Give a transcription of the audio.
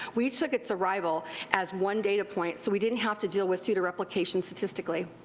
we took its arrival as one data point so we didnit have to deal with pseudo-replication statistically.